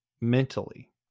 mentally